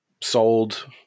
sold